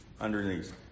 underneath